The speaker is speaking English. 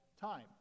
time